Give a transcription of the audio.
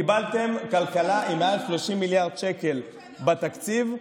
קיבלתם כלכלה עם מעל 30 מיליארד שקל בתקציב,